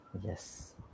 yes